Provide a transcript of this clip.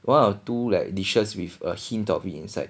one or two like dishes with a hint of it inside